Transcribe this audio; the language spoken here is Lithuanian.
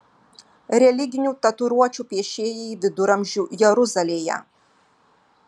religinių tatuiruočių piešėjai viduramžių jeruzalėje